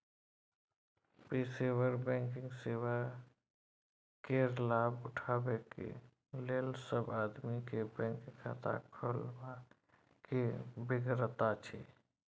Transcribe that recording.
पेशेवर बैंकिंग सेवा केर लाभ उठेबाक लेल सब आदमी केँ बैंक खाता खोलबाक बेगरता छै